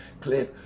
Cliff